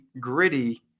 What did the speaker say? gritty